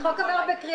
הישיבה ננעלה בשעה